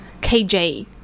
KJ